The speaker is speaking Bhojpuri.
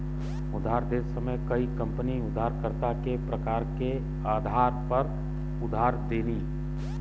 उधार देत समय कई कंपनी उधारकर्ता के प्रकार के आधार पर उधार देनी